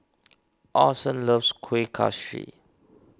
Orson loves Kuih Kaswi